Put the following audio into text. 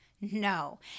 No